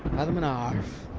fathom and half!